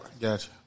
Gotcha